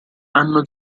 hanno